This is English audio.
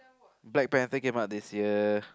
Black-Panther came out this year